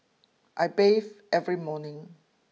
I bathe every morning